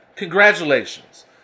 congratulations